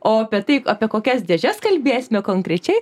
o apie tai apie kokias dėžes kalbėsime konkrečiai